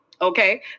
Okay